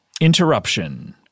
Interruption